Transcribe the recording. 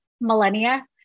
millennia